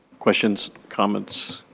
questions, comments,